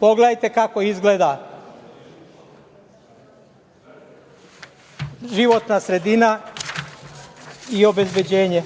Pogledajte kako izgleda životna sredina i obezbeđenje.